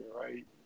right